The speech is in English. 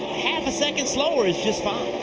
half a second slower is just fine.